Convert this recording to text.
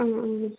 ആ ആ